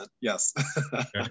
Yes